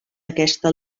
aquesta